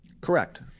Correct